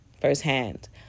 firsthand